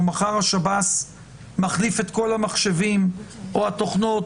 או מחר שב"ס מחליף את כל המחשבים או התוכנות,